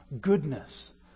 goodness